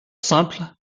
simple